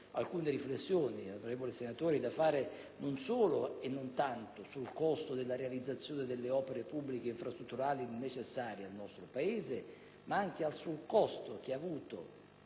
alcune riflessioni da fare, onorevoli senatori, non solo e non tanto sul costo della realizzazione delle opere pubbliche infrastrutturali necessarie al nostro Paese, ma anche sul costo che ha avuto